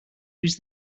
use